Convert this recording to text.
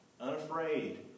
unafraid